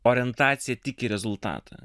orientacija tik į rezultatą